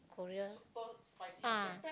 Korea ah